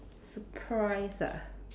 surprise ah